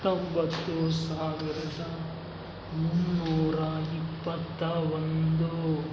ಹತ್ತೊಂಬತ್ತು ಸಾವಿರದ ಮುನ್ನೂರ ಇಪ್ಪತ್ತ ಒಂದು